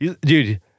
Dude